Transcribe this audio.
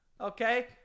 Okay